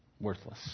worthless